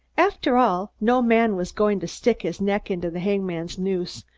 after all, no man was going to stick his neck into the hangman's noose,